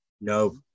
No